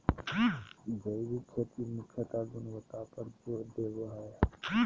जैविक खेती मुख्यत गुणवत्ता पर जोर देवो हय